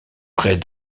près